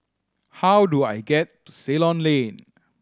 how do I get to Ceylon Lane